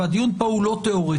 והדיון פה הוא לא תיאורטי.